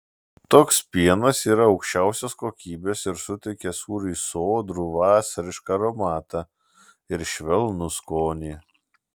toks pienas yra aukščiausios kokybės ir suteikia sūriui sodrų vasarišką aromatą ir švelnų skonį